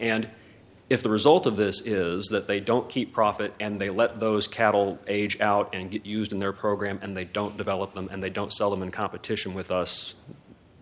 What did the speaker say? and if the result of this is that they don't keep profit and they let those cattle age out and get used in their program and they don't develop them and they don't sell them in competition with us